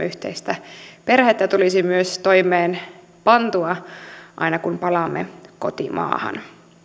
yhteistä perhettä tulisivat myös toimeenpantua aina kun palaamme kotimaahan